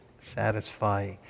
satisfy